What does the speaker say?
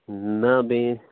نہَ بیٚیہِ